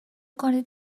کنید